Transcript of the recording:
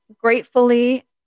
gratefully